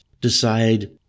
decide